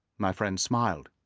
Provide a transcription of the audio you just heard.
my friend smiled.